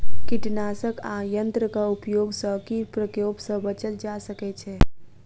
कीटनाशक आ यंत्रक उपयोग सॅ कीट प्रकोप सॅ बचल जा सकै छै